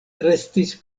restis